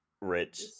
rich